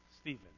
Stephen